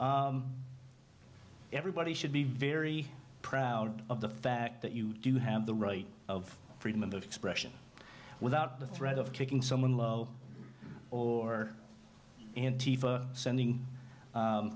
everybody should be very proud of the fact that you do have the right of freedom of expression without the threat of kicking someone low or sending